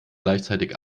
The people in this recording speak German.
gleichzeitig